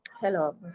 Hello